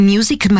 Music